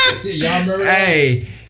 Hey